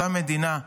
אותה מדינה,